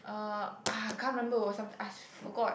uh ah I can't remember it was something I forgot